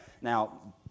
Now